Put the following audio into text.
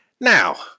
Now